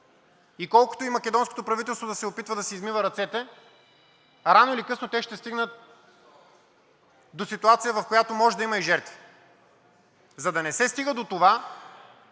и колкото и македонското правителство да се опитва да си измива ръцете, рано или късно те ще стигнат до ситуация, в която може да има и жертви. За да не се стига до това,